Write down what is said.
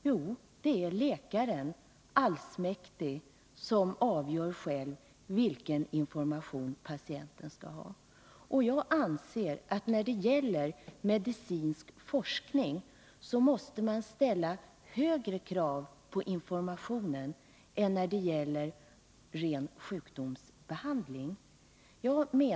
Jo, det är den allsmäktige läkaren som själv avgör vilken information patienten skall ha. Jag anser att man när det gäller medicinsk forskning måste ställa högre krav på informationen än beträffande ren sjukdomsbehandling.